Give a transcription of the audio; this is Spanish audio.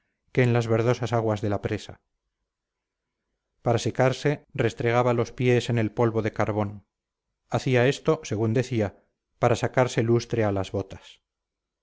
que en las verdosas aguas de la presa para secarse restregaba los pies en el polvo de carbón hacía esto según decía para sacarse lustre a las botas